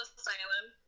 asylum